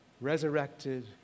resurrected